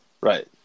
Right